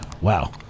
wow